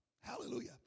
Hallelujah